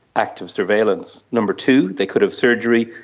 active surveillance. number two, they could have surgery.